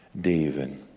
David